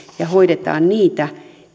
ja hoidetaan niitä